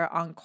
on